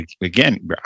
again